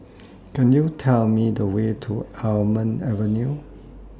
Could YOU Tell Me The Way to Almond Avenue